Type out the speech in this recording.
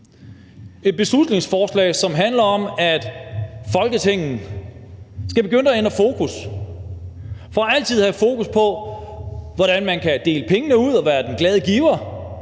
et beslutningsforslag, som handler om, at Folketinget skal begynde at ændre fokus. Fra altid at have fokus på, hvordan man kan dele pengene ud og være den glade giver,